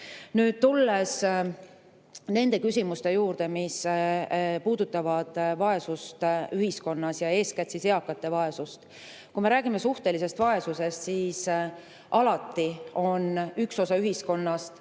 tulles nende küsimuste juurde, mis puudutavad vaesust ühiskonnas ja eeskätt just eakate vaesust – kui me räägime suhtelisest vaesusest, siis alati on üks osa ühiskonnast